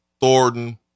Thornton